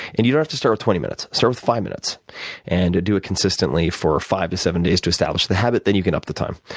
and you don't have to start with twenty minutes. start with five minutes and do it consistently for five to seven days to establish the habit then you can up the time.